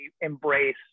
embrace